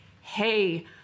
Hey